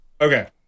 Okay